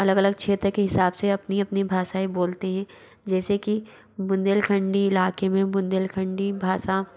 अलग अलग क्षेत्र के हिसाब से अपनी अपनी भाषाएं बोलते हैं जैसे कि बुन्देलखंडी इलाक़े में बुन्देलखंडी भाषा